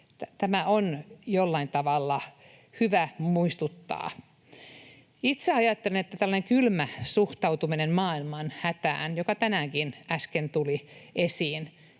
Tämä on jollain tavalla hyvä muistuttaa. Itse ajattelen, että tällainen kylmä suhtautuminen maailman hätään, joka tänäänkin, äsken, tuli esiin,